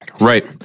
Right